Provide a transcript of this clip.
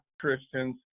Christians